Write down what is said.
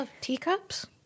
teacups